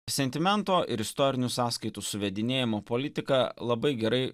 sentimento ir istorinių sąskaitų suvedinėjimo politika labai gerai